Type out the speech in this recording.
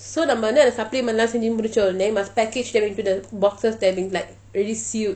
so the மருந்து:marunthu supplement செஞ்சு முடிச்சோனே:senju mudichonei then must package them into the boxes that means like really sealed